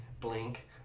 Blink